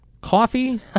coffee